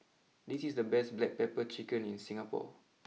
this is the best Black Pepper Chicken in Singapore